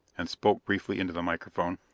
and spoke briefly into the microphone.